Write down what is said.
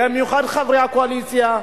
במיוחד חברי הקואליציה,